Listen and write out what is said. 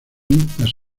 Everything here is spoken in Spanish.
ejemplos